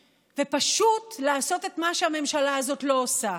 ופשוט לעשות את מה שהממשלה הזאת לא עושה.